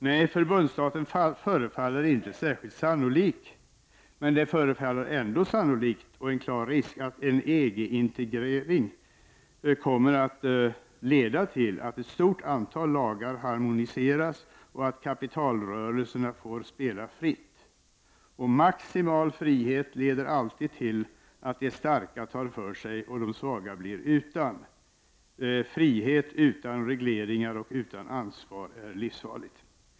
Nej, förbundsstaten förefaller inte särskilt sannolikt men det förefaller ändå vara en klar risk att en EG-integrering kommer att leda till att ett stort antal lagar harmoniseras och att kapitalrörelserna får spela fritt. Och maximal frihet leder alltid till att de starka tar för sig och att de svaga blir utan. Frihet utan regleringar och utan ansvar är livsfarlig.